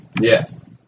Yes